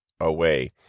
away